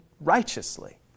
righteously